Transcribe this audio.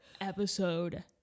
episode